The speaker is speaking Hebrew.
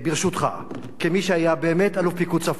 ברשותך, כמי שהיה באמת אלוף פיקוד צפון,